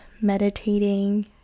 meditating